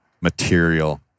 material